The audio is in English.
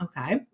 Okay